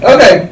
Okay